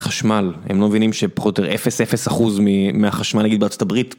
חשמל, הם לא מבינים שפחות או יותר 0.0% מהחשמל נגיד בארה״ב